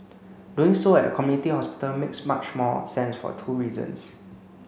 doing so at a community hospital makes much more sense for two reasons